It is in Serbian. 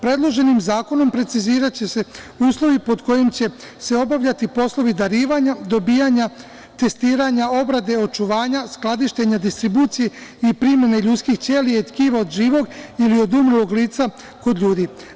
Predloženim zakonom preciziraće se uslovi pod kojim će se obavljati poslovi darivanja, dobijanja, testiranja, obrade, očuvanja, skladištenja, distribucije i primene ljudskih ćelija i tkiva od živog ili od umrlog lica kod ljudi.